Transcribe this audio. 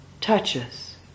touches